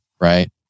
right